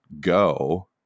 go